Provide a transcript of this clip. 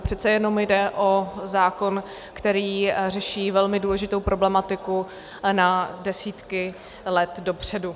Přece jenom jde o zákon, který řeší velmi důležitou problematiku na desítky let dopředu.